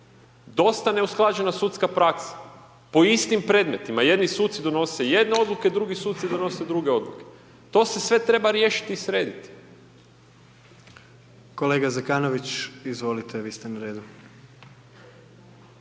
dosta neusklađena sudska praksa po istim predmetima, jedni suci donose jedne odluke, drugi suci donose druge odluke, to se sve treba riješiti i srediti. **Jandroković, Gordan (HDZ)** Kolega Zekanović, izvolite vi ste na redu.